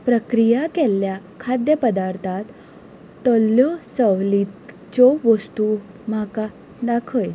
प्रक्रिया केल्ल्या खाद्यपदार्थां तल्यो वस्तू म्हाका दाखय